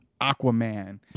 Aquaman